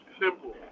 Simple